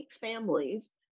families